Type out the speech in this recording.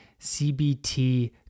CBT